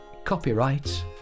Copyright